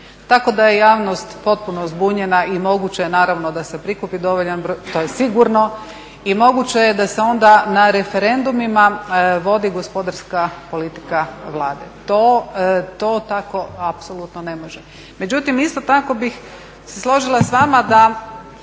tako da je javnost potpuno zbunjena i moguće je naravno da se prikupi dovoljan broj, to je sigurno, i moguće je da se onda na referendumima vodi gospodarska politika Vlade. To tako apsolutno ne može. Međutim, isto tako bih se složila s vama da